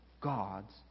God's